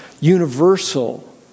universal